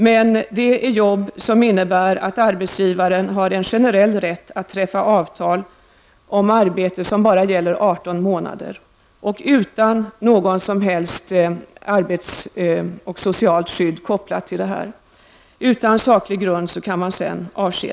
Men det är arbeten som innebär att arbetsgivaren har en generell rätt att träffa avtal om arbeten som bara gäller 18 månader och utan något som helst socialt skydd. Man kan sedan avskedas utan saklig grund.